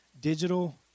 digital